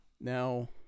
Now